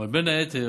אבל בין היתר,